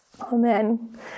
Amen